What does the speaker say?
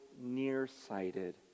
nearsighted